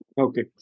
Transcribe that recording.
Okay